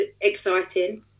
exciting